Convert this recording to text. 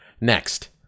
Next